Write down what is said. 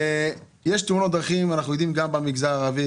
יש תאונות דרכים ואנחנו יודעים שגם במגזר הערבי,